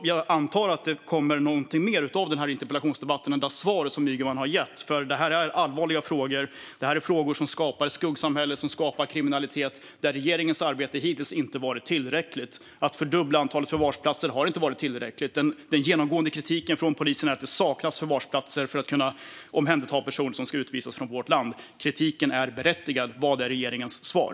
Jag antar att det kommer något mer av den här interpellationsdebatten än det svar som Ygeman gett, för det här är allvarliga frågor. Det är frågor som skapar ett skuggsamhälle och skapar kriminalitet, frågor där regeringens arbete hittills inte varit tillräckligt. Att fördubbla antalet förvarsplatser har inte varit tillräckligt. Den genomgående kritiken från polisen är att det saknas förvarsplatser för att kunna omhänderta personer som ska utvisas från vårt land. Kritiken är berättigad. Vad är regeringens svar?